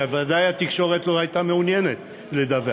שוודאי התקשורת לא הייתה מעוניינת לדווח.